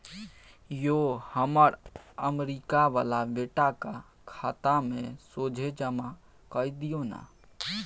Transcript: यौ हमर अमरीका बला बेटाक खाता मे सोझे जमा कए दियौ न